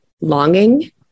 longing